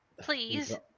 Please